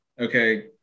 Okay